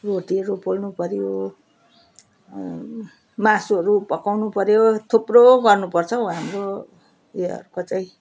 रोटीहरू पोल्नुपऱ्यो मासुहरू पकाउनुपऱ्यो थुप्रो गर्नुपर्छ हौ हाम्रो उयोहरूको चाहिँ